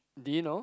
do you know